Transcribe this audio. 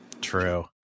True